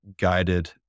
guided